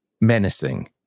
menacing